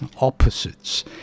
opposites